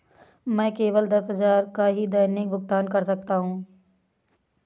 मैं केवल दस हजार का ही दैनिक भुगतान कर सकता हूँ